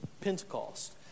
Pentecost